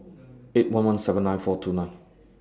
eight one one seven nine four two nine